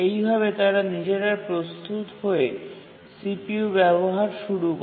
এইভাবে তারা নিজেরা প্রস্তুত হয়ে CPU ব্যবহার শুরু করে